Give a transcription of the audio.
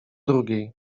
drugiej